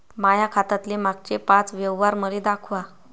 माया खात्यातले मागचे पाच व्यवहार मले दाखवा